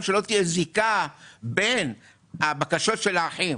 שלא תהיה זיקה בין הבקשות של האחים